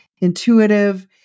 intuitive